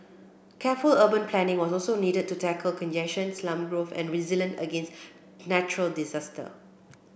careful urban planning was also needed to tackle congestion slum growth and resilience against natural disaster